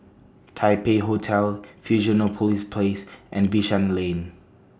Taipei Hotel Fusionopolis Place and Bishan Lane